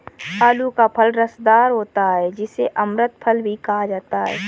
आलू का फल रसदार होता है जिसे अमृत फल भी कहा जाता है